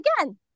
again